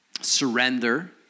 Surrender